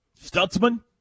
Stutzman